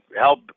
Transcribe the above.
help